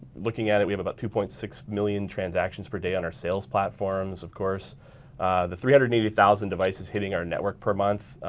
looking at it, we have about two point six million transactions per day on our sales platforms, of course the three hundred and eighty thousand devices hitting our network per month.